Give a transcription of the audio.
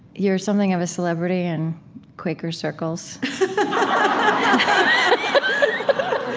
you're something of a celebrity in quaker circles um